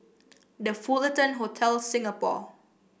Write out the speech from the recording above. The Fullerton Hotel Singapore